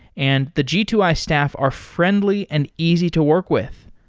and the g two i staff are friendly and easy to work with.